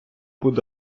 буде